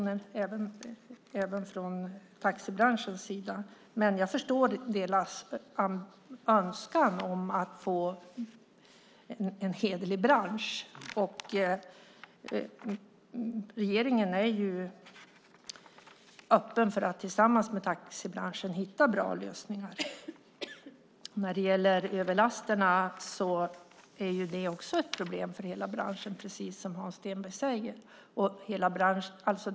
Det gäller även från taxibranschens sida. Jag förstår givetvis deras önskan om att få en hederlig bransch, och regeringen är öppen för att tillsammans med taxibranschen hitta bra lösningar. När det gäller överlasterna är också det ett problem för hela branschen, precis som Hans Stenberg säger.